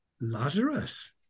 Lazarus